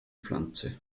pflanze